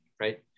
Right